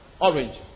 orange